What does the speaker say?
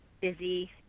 busy